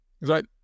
Right